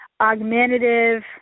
augmentative